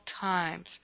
times